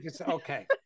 okay